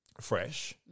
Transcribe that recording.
fresh